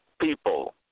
people